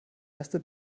erste